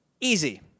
easy